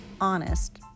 honest